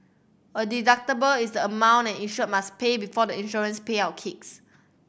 a deductible is the amount an insured must pay before the insurance payout kicks